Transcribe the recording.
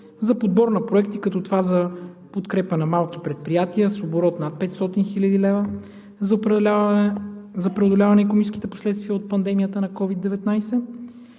за подбор на проекти, като това за подкрепа на малки предприятия с оборот над 500 хил. лв. за преодоляване на икономическите последствия на пандемията на COVID-19